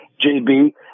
JB